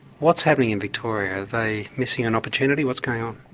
what's happening in victoria? are they missing an opportunity? what's going on?